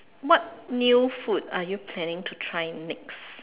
what new food are you planning to try next